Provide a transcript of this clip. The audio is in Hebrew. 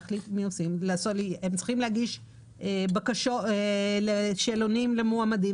הם צריכים להגיש שאלונים למועמדים,